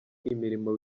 imirimo